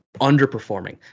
underperforming